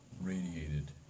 radiated